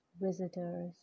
visitors